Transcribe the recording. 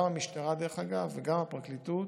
גם המשטרה, דרך אגב, וגם הפרקליטות,